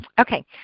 okay